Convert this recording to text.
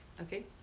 okay